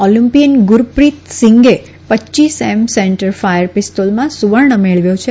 Olympian Gurpreet સીંગે પચ્યીસ M centre fire પીસ્તોલમાં સુવર્ણ મેળવ્યો છે